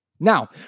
Now